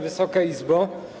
Wysoka Izbo!